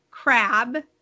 Crab